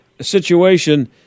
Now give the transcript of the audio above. situation